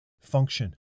function